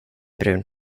brun